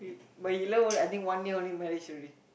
but he love I think one year only marriage already